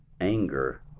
anger